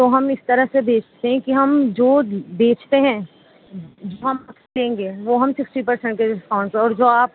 تو ہم اس طرح سے بیچتے ہیں کہ ہم جو بیچتے ہیں ہم لیں گے وہ ہم سکسٹی پرسنٹ پہ ڈسکاؤنٹ پہ اور جو آپ